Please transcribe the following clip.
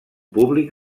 públic